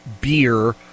beer